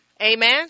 amen